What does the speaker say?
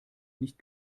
nicht